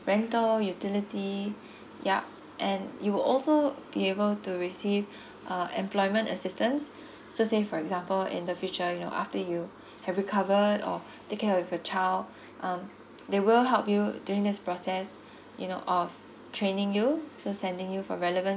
rental utility yup and you will also be able to receive uh employment assistance so say for example in the future you know after you have recovered or take care of your child um they will help you during this process you know of training you so sending you for relevant